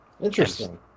interesting